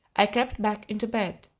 i crept back into bed.